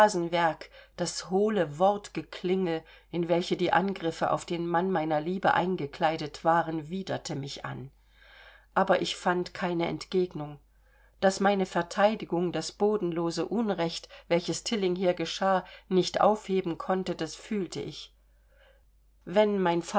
das hohle wortgeklingel in welche die angriffe auf den mann meiner liebe eingekleidet waren widerte mich an aber ich fand keine entgegnung daß meine verteidigung das bodenlose unrecht welches tilling hier geschah nicht aufheben konnte das fühlte ich wenn mein